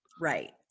Right